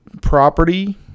property